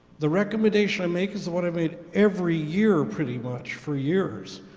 the recommendation i make is one i made every year, pretty much, for years,